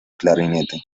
clarinete